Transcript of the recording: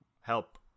Help